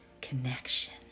connection